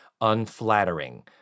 unflattering